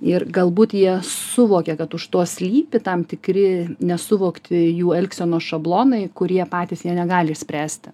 ir galbūt jie suvokia kad už to slypi tam tikri nesuvokti jų elgsenos šablonai kur jie patys jie negali išspręsti